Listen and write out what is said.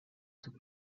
sus